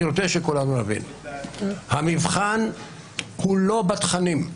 אני רוצה שכולנו נבין, שהמבחן הוא לא בתכנים.